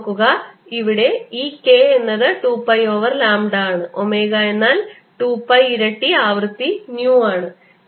ഓർക്കുക ഇവിടെ ഈ k എന്നത് 2 പൈ ഓവർ ലാംഡ ആണ് ഒമേഗ എന്നാൽ 2 പൈ ഇരട്ടി ആവൃത്തി 𝜈 ആണ്